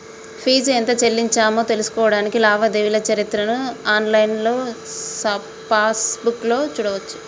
fee ఎంత చెల్లించామో తెలుసుకోడానికి లావాదేవీల చరిత్రను ఆన్లైన్ పాస్బుక్లో చూడచ్చు